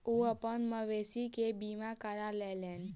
ओ अपन मवेशी के बीमा करा लेलैन